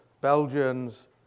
Belgians